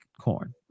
corn